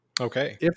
Okay